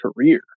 career